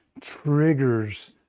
triggers